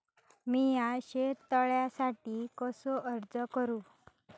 मीया शेत तळ्यासाठी कसो अर्ज करू?